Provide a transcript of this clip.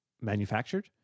manufactured